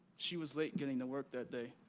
she was late getting to work that day.